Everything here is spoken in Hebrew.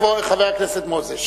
בבקשה, כבוד חבר הכנסת מוזס.